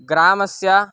ग्रामस्य